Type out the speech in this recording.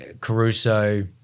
Caruso